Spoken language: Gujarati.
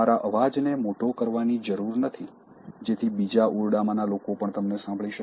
તમારા અવાજને મોટો કરવાની જરૂર નથી જેથી બીજા ઓરડામાંના લોકો પણ તમને સાંભળી શકે